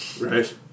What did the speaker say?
Right